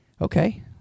Okay